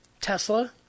Tesla